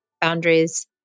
boundaries